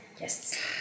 Yes